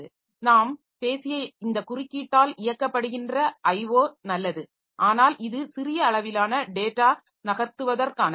எனவே நாம் பேசிய இந்த குறுக்கீட்டால் இயக்கப்படுகின்ற IO iterrupt driven IO நல்லது ஆனால் இது சிறிய அளவிலான டேட்டா நகர்த்துவதற்கானது